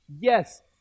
yes